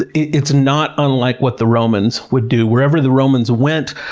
it's not unlike what the romans would do. wherever the romans went,